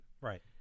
Right